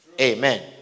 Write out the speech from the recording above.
Amen